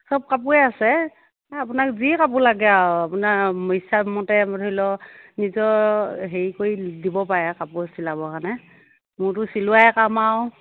সব কাপোৰেই আছে আপোনাক যি কাপোৰ লাগে আৰু আপোনাক ইচ্ছামতে ধৰি লওক নিজৰ হেৰি কৰি দিব পাৰে আৰু কাপোৰ চিলাব কাৰণে মোৰতো চিলোৱাই কাম আৰু